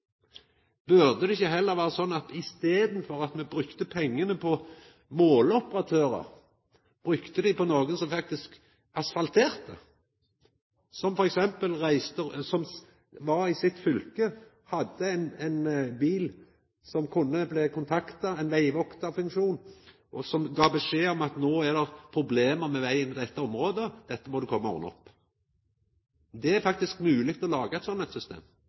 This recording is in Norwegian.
Burde det ikkje heller vera slik at i staden for at me brukte pengane på måleoperatørar, brukte me dei på nokon som faktisk asfalterte, nokon som var i sitt fylke, som hadde ein bil og kunne bli kontakta – ein vegvaktarfunksjon – og som gav beskjed om at no er det problem med vegen i dette området, dette må du komma og ordna opp i. Det er faktisk mogleg å laga eit slikt system.